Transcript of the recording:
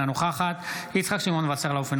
אינה נוכחת יצחק שמעון וסרלאוף,